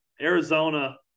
Arizona